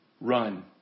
Run